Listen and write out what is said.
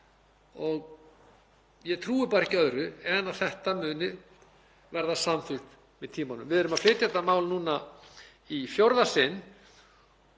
Ég trúi ekki öðru en að þetta muni verða samþykkt með tímanum. Við erum að flytja þetta mál núna í fjórða sinn